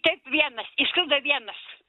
taip vienas išskrido vienas